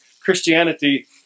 Christianity